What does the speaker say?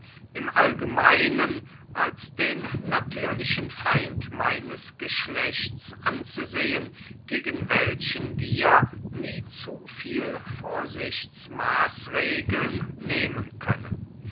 im allgemeinen als den natürlichen feind meines geschlechts anzusehen gegen welchen wir nie zu viel vorsichtsmaßregeln nehmen können